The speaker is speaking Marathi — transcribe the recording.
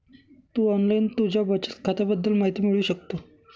तू ऑनलाईन तुझ्या बचत खात्याबद्दल माहिती मिळवू शकतो